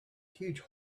huge